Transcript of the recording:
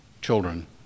children